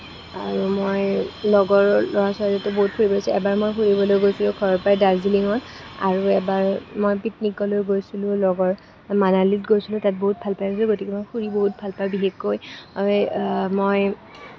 আৰু মই লগৰ ল'ৰা ছোৱালীকো বহুত ফুৰিব গৈছোঁ এবাৰ মই ফুৰিব গৈছিলোঁ ঘৰৰ পৰা ডাৰ্জিলিঙত আৰু এবাৰ মই পিকনিকলৈ গৈছিলোঁ লগৰ মানালীত গৈছিলোঁ তাত বহুত ভাল পাইছিলোঁ গতিকে মই ফুৰি বহুত ভাল পাওঁ বিশেষকৈ মই